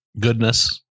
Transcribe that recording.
goodness